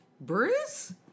Bruce